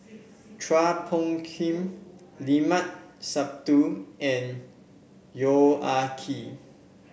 Chua Phung Kim Limat Sabtu and Yong Ah Kee